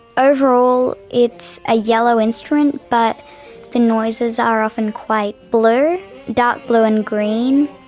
overall it's a yellow instrument, but the noises are often quite blue dark blue and green.